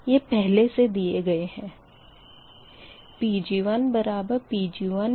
यह पहले से दिए गए है